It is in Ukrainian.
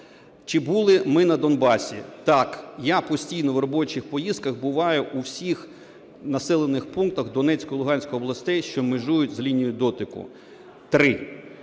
Чи були ми на Донбасі? Так, я постійно в робочих поїздках буваю у всіх населених пунктах Донецької, Луганської областей, що межують з лінією дотику. Три.